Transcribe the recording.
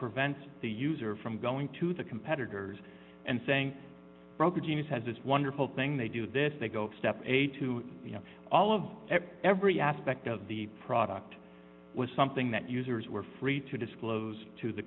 prevents the user from going to the competitors and saying broker genius has this wonderful thing they do this they go step eight to you know all of every aspect of the product was something that users were free to disclose to the